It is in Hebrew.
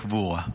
לקבורה.